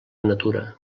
natura